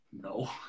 No